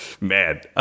man